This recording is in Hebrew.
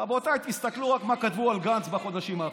רבותיי, רק תראו מה כתבו על גנץ בחודשים האחרונים.